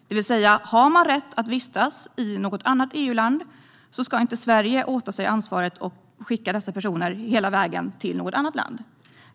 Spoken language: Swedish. Om dessa personer har rätt att vistas i ett annat EU-land ska Sverige alltså inte påta sig ansvaret för att skicka dem hela vägen till ett annat land.